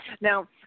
Now